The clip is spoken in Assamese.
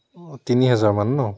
তিনি হেজাৰমান ন